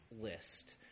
list